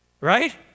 Right